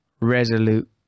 resolute